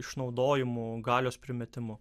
išnaudojimu galios primetimu